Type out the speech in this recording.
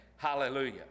Hallelujah